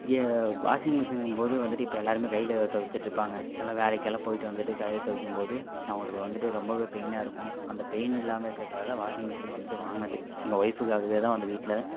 எ washing மிஷின்ங்கும் போது வந்துட்டு இப்போ எல்லோருமே கையில் துவச்சிட்ருப்பாங்க எல்லாம் வேலைக்கெல்லாம் போயிட்டு வந்துட்டு கையில் துவைக்கும்போது அவங்களுக்கு வந்துட்டு ரொம்பவே பெயினாக இருக்கும் அந்த பெயினு இல்லாமல் இருக்கிறக்காகத்தான் வாஷிங் மிஷின் வந்துட்டு வாங்கினது எங்கள் ஒய்ஃபுகாகவே தான் வந்து வீட்டில்